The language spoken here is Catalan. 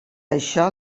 això